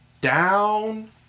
down